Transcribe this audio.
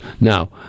Now